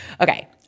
Okay